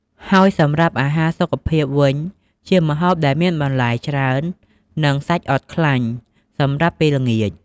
ហើយសម្រាប់អាហារសុខភាពវិញ ជាម្ហូបដែលមានបន្លែច្រើន និងសាច់អត់ខ្លាញ់ សម្រាប់ពេលល្ងាច។